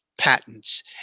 Patents